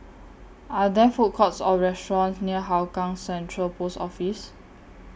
Are There Food Courts Or restaurants near Hougang Central Post Office